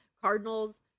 Cardinals